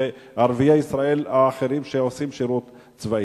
וערביי ישראל האחרים שעושים שירות צבאי.